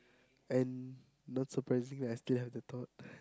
and not surprising that I still have that thought